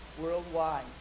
worldwide